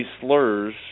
slurs